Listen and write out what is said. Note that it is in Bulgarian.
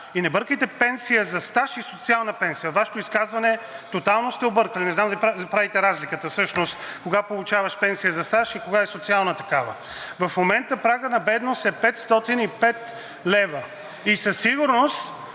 И не бъркайте пенсия за стаж и социална пенсия. Във Вашето изказване тотално сте объркали. Не знам дали правите разликата всъщност кога получаваш пенсия за стаж и кога е социална такава. В момента прагът на бедност е 505 лв. и със сигурност,